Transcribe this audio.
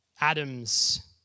Adam's